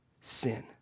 sin